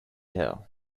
hell